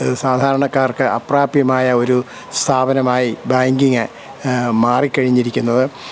സാധാരണക്കാർക്ക് അപ്രാപ്യമായ ഒരു സ്ഥാപനമായി ബാങ്കിങ് മാറിക്കഴിഞ്ഞിരിക്കുന്നത്